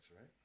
right